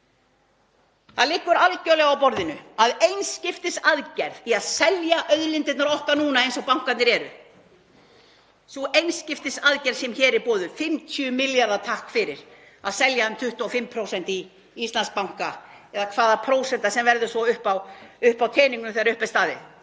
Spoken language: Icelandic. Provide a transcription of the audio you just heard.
Það liggur algjörlega á borðinu að einskiptisaðgerð í að selja auðlindirnar okkar núna eins og bankarnir eru, sú einskiptisaðgerð sem hér er boðuð, 50 milljarða takk fyrir, að selja 25% í Íslandsbanka eða hvaða prósenta sem verður uppi á teningnum þegar upp er staðið